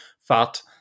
fat